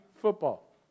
football